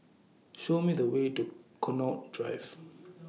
Show Me The Way to Connaught Drive